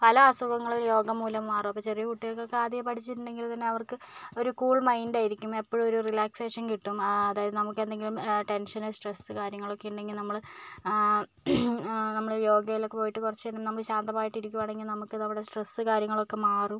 പല അസുഖങ്ങളും യോഗ മൂലം മാറും അപ്പോൾ ചെറിയ കുട്ടികൾക്കൊക്കെ ആദ്യമേ പഠിച്ചിട്ടുണ്ടെങ്കിൽ തന്നെ അവർക്ക് ഒരു കൂൾ മൈൻഡായിരിക്കും എപ്പോഴും ഒരു റിലാക്സേഷൻ കിട്ടും അതായത് നമുക്കെന്തെങ്കിലും ടെൻഷൻ സ്ട്രെസ്സ് കാര്യങ്ങളൊക്കെ ഉണ്ടെങ്കിൽ നമ്മൾ നമ്മൾ യോഗയിലൊക്കെ പോയിട്ട് കുറച്ച് നേരം നമ്മൾ ശാന്തമായിട്ട് ഇരിക്കുകയാണെങ്കിൽ നമുക്ക് നമ്മുടെ സ്ട്രെസ്സ് കാര്യങ്ങളൊക്കെ മാറും